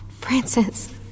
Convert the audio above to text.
Francis